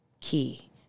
key